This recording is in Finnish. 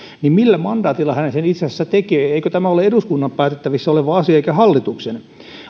niin millä mandaatilla hän sen itse asiassa tekee eikö tämä ole eduskunnan päätettävissä oleva asia eikä hallituksen